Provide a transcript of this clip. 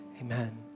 amen